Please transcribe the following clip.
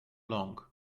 long